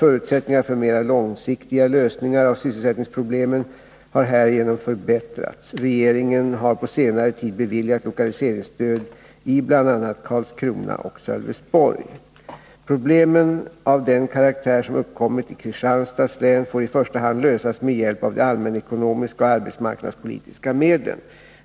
Förutsättningarna för mera långsiktiga lösningar av sysselsättningsproblemen har härigenom förbättrats. Regeringen har på senare tid beviljat lokaliseringsstöd i bl.a. Karlskrona och Sölvesborg. Problem av den karaktär som uppkommit i Kristianstads län får i första hand lösas med hjälp av de allmänekonomiska och de arbetsmarknadspolitiska medlen.